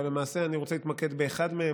אבל למעשה אני רוצה להתמקד באחד מהם,